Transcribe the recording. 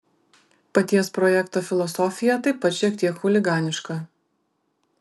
paties projekto filosofija taip pat šiek tiek chuliganiška